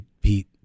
Pete